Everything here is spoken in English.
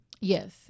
Yes